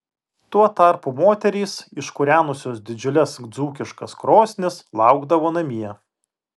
tuo tarpu moterys iškūrenusios didžiules dzūkiškas krosnis laukdavo namie